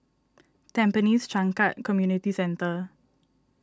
Tampines Changkat Community Centre